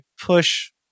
push